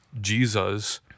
Jesus